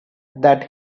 that